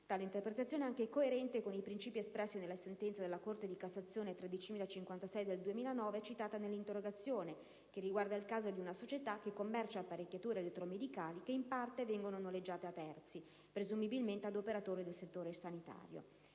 Tale interpretazione è anche coerente con i principi espressi nella sentenza della Corte di cassazione n. 13506 del 2009, citata nell'interrogazione, che riguarda il caso di una società che commercia apparecchiature elettromedicali che in parte vengono noleggiate a terzi (presumibilmente ad operatori del settore sanitario).